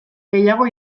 gehiago